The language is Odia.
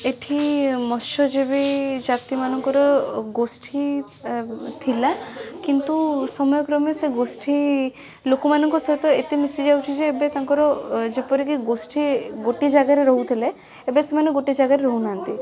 ଏଠି ମତ୍ସ୍ୟଜୀବୀ ଜାତିମାନଙ୍କର ଗୋଷ୍ଠୀ ଥିଲା କିନ୍ତୁ ସମୟ କ୍ରମେ ସେ ଗୋଷ୍ଠୀ ଲୋକମାନଙ୍କ ସହିତ ଏତେ ମିଶିଯାଉଛି ଯେ ଏବେ ତାଙ୍କର ଯେପରିକି ଗୋଷ୍ଠୀ ଗୋଟିଏ ଜାଗାରେ ରହୁଥିଲେ ଏବେ ସେମାନେ ଗୋଟେ ଜାଗାରେ ରହୁନାହାଁନ୍ତି